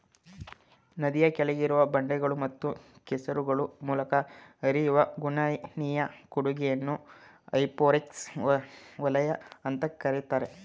ನದಿಯ ಕೆಳಗಿರುವ ಬಂಡೆಗಳು ಮತ್ತು ಕೆಸರುಗಳ ಮೂಲಕ ಹರಿಯುವ ಗಣನೀಯ ಕೊಡುಗೆಯನ್ನ ಹೈಪೋರೆಕ್ ವಲಯ ಅಂತ ಕರೀತಾರೆ